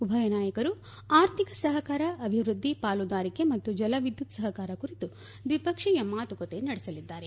ಉಭಯ ನಾಯಕರು ಆರ್ಥಿಕ ಸಹಕಾರ ಅಭಿವೃದ್ದಿ ಪಾಲುದಾರಿಕೆ ಮತ್ತು ಜಲ ವಿದ್ಯುತ್ ಸಹಕಾರ ಕುರಿತು ದ್ವಿ ಪಕ್ಷೀಯ ಮಾತುಕತೆ ನಡೆಸಲಿದ್ದಾರೆ